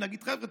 להגיד: חבר'ה,